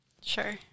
Sure